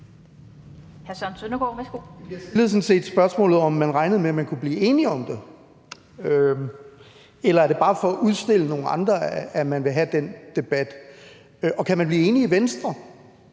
set spørgsmålet, om man regnede med, at man kunne blive enige om det. Eller er det bare for at udstille nogle andre, at man vil have den debat? Og kan man blive enige i Venstre?